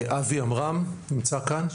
אבי עמרם נמצא כאן?